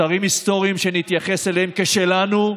אתרים היסטוריים שנתייחס אליהם כאל שלנו,